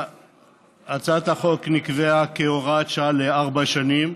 הצעת החוק נקבעה כהוראת שעה לארבע שנים,